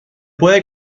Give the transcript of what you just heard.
puede